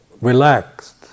relaxed